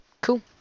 cool